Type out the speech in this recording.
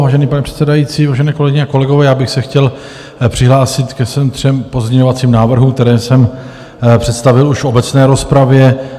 Vážený pane předsedající, vážené kolegyně a kolegové, já bych se chtěl přihlásit ke svým třem pozměňovacím návrhům, které jsem představil už v obecné rozpravě.